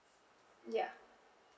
ya